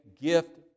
gift